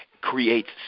creates